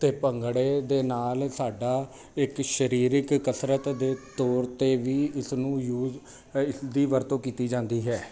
ਅਤੇ ਭੰਗੜੇ ਦੇ ਨਾਲ ਸਾਡਾ ਇੱਕ ਸਰੀਰਕ ਕਸਰਤ ਦੇ ਤੌਰ 'ਤੇ ਵੀ ਇਸ ਨੂੰ ਯੂਜ਼ ਇਸ ਦੀ ਵਰਤੋਂ ਕੀਤੀ ਜਾਂਦੀ ਹੈ